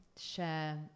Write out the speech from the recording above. share